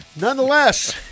Nonetheless